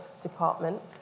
department